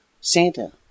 Santa